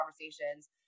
conversations